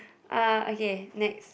uh okay next